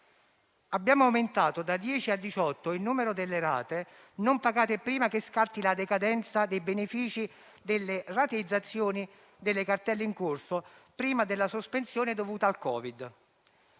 Abbiamo aumentato da 10 a 18 il numero delle rate non pagate prima che scatti la decadenza dei benefici delle rateizzazioni delle cartelle in corso prima della sospensione dovuta al Covid.